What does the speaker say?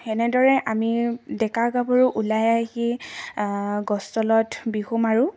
এনেদৰে আমি ডেকা গাভৰু ওলাই আহি গছতলত বিহু মাৰোঁ